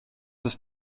ist